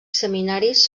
seminaris